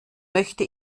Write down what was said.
möchte